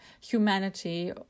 humanity